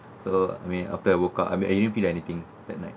so after I woke up I mean I didn't feel anything that night